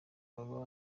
aba